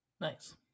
Nice